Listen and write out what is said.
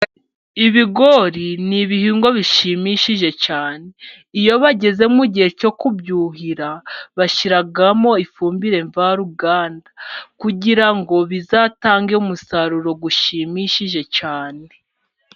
Ibigori ni ibihingwa bishimishije cyane. Iyo bageze mu igihe cyo kubyuhira, bashyiramo ifumbire mvaruganda, kugira ngo bizatange umusaruro ushimishije cyane.